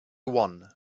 one